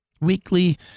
Weekly